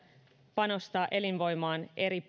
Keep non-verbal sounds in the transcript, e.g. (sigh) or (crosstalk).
panostaa elinvoimaan eri (unintelligible)